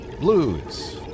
Blues